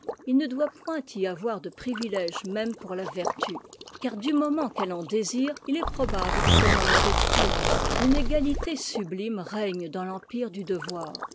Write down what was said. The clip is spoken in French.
il ne doit point y avoir de priviléges même pour la vertu car du moment qu'elle en désire il est probable qu'elle n'en mérite plus une égalité sublime règne dans l'empire du devoir